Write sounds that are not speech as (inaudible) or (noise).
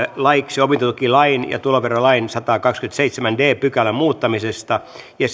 laeiksi opintotukilain ja tuloverolain sadannenkahdennenkymmenennenseitsemännen d pykälän muuttamisesta ja (unintelligible)